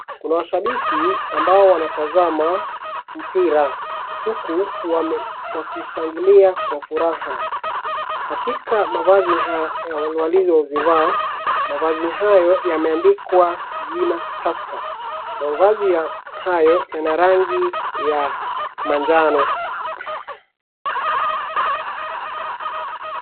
Kuna washabiki ambao wanatazama mpira huku wakishangilia kwa furaha. Katika mavazi walizozivaa mavazi hayo yameandikwa jina Tusker. Mavazi hayo yana rangi ya majano.